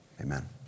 amen